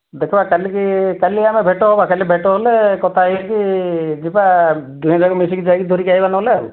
ଦେଖିବା କାଲିକି କାଲି ଆମେ ଭେଟ ହେବା କାଲି ଭେଟ ହେଲେ କଥା ହୋଇକି ଯିବା ଦୁହେଁ ଯାକ ମିଶିକି ଯାଇକି ଧରିକି ଆସିବା ନହେଲେ ଆଉ